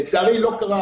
לצערי לא קרה